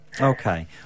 Okay